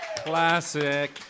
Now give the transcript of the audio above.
Classic